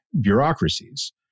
bureaucracies